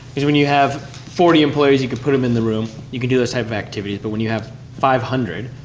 because when you have forty employees, you could put them in the room, and you can do those type of activities, but when you have five hundred,